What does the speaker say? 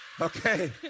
Okay